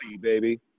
baby